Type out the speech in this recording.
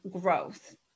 growth